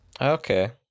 Okay